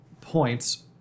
points